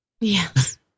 Yes